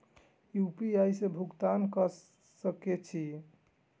UPI से भुगतान क सके छी?